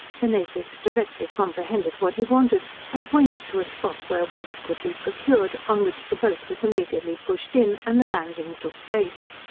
the natives directly comprehended what he wanted, and pointed to a spot where water could be procured on which the boat was immediately pushed in, and a landing took place.